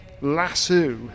lasso